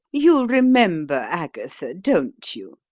you remember agatha, don't you?